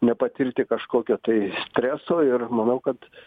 nepatirti kažkokio tai streso ir manau kad